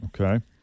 Okay